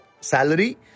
salary